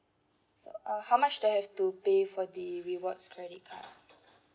so uh how much do I have to pay for the rewards credit card